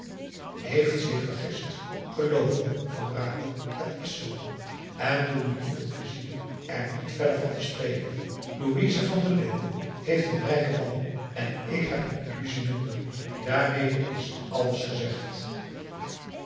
heeft zich vergist geloof me van brakel het is zoo en doe me nu het pleizier er niet verder van te spreken louise van der linden heeft een rijken man en ik heb een illusie minder daarmee is alles gezegd